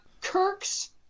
Kirk's